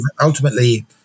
ultimately